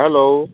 hello